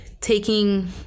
taking